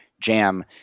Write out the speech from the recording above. Jam